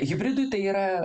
hibridui tai yra